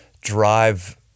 drive